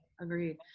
agreed